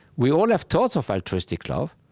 we all have thoughts of altruistic love.